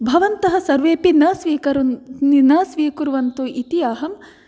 भवन्तः सर्वेपि न स्वीकरोन् न स्वीकुर्वन्तु इति अहं